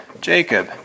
Jacob